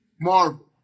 Marvel